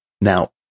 Now